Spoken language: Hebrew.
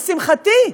לשמחתי,